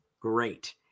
great